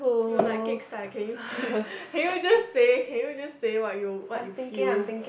you like kek sai can you can you just say you just say what you what you feel